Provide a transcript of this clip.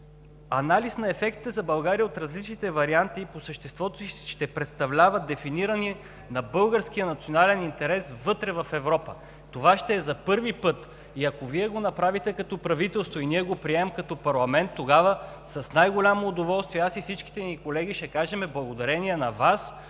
Анализ на ефекта за България от различните варианти по съществото си ще представляват дефиниране на българския национален интерес вътре в Европа – това ще е за първи път и, ако Вие го направите като правителство, и ние го приемем като парламент, тогава с най-голямо удоволствие, аз и всичките ми колеги, ще кажем: благодарение на Вас